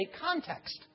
context